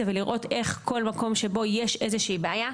ולראות איך כל מקום שבו יש איזושהי בעיה,